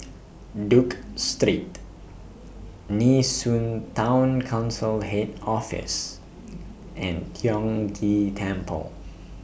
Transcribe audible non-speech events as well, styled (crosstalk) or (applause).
(noise) Duke Street Nee Soon Town Council Head Office and Tiong Ghee Temple